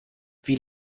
wie